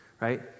right